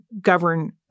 govern